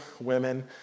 women